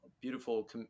beautiful